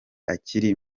akiri